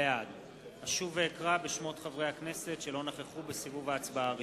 בעד אשוב ואקרא בשמות חברי הכנסת שלא נכחו בסיבוב ההצבעה הראשון.